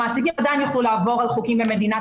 המעסיקים עדיין יוכלו לעבור על חוקים במדינת